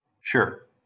Sure